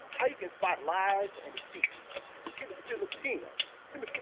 how to spot lies and deceit in a filipina